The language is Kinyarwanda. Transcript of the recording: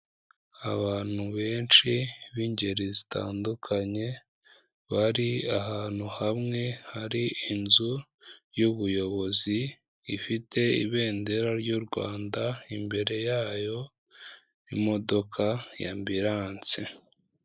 Abantu benshi b'ingeri zitandukanye bari ahantu hamwe hari inzu y'ubuyobozi ifite ibendera ry'u Rwanda, imbere yayo imodoka y'ambulance.